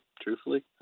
truthfully